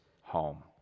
home